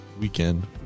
weekend